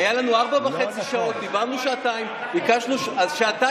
היו לנו ארבע שעות וחצי, ביקשנו שעתיים,